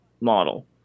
model